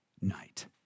night